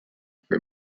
for